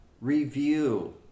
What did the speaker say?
review